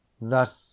thus